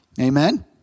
Amen